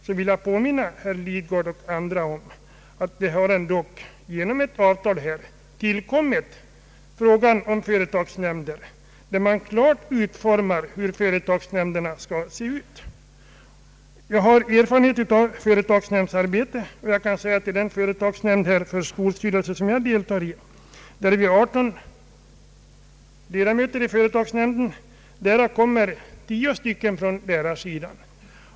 Jag vill påminna herr Lidgard och andra om att genom avtal har uppkommit frågan om företagsnämnder, ett avtal vari klart utsäges hur företagsnämnderna skall se ut. Jag har erfarenhet av företagsnämndsarbete, och jag kan nämna att i den företagsnämnd som hör till den skolstyrelse, i vars arbete jag deltar, är vi 18 ledamöter. Av dem har 10 ledamöter direkt anknytning till »lärarsidan».